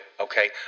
okay